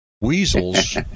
weasels